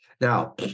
Now